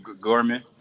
Gorman